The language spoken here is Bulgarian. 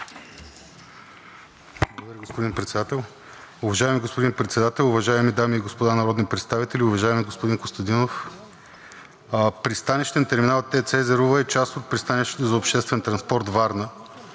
Благодаря, господин Председател. Уважаеми господин Председател, уважаеми дами и господа народни представители, уважаеми господин Костадинов! Пристанищен терминал ТЕЦ Езерово е част от пристанището за обществен транспорт Варна.